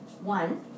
one